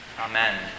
Amen